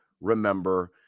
remember